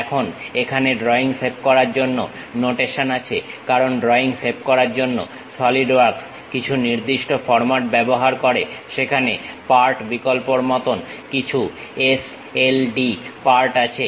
এখন এখানে drawing save করার জন্য নোটেশন আছে কারণ ড্রয়িং সেভ করার জন্য সলিড ওয়ার্কস কিছু নির্দিষ্ট ফর্মাট ব্যবহার করে সেখানে পার্ট বিকল্পর মতন কিছু এস এল ডি পার্ট আছে